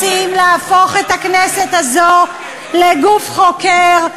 אתם רוצים להפוך את הכנסת הזו לגוף חוקר,